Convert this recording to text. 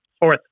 Fourth